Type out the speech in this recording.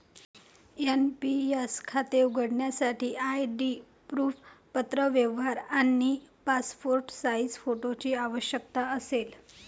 NPS खाते उघडण्यासाठी ID proof, पत्रव्यवहार आणि पासपोर्ट साइज फोटोची आवश्यकता असेल